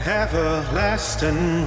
everlasting